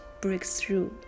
breakthrough